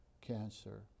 cancer